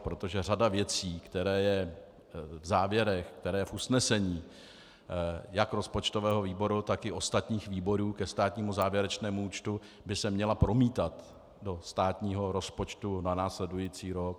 Protože řada věcí, která je v závěrech, která je v usnesení jak rozpočtového výboru, tak i ostatních výborů ke státnímu závěrečnému účtu, by se měla promítat do státního rozpočtu na následující rok.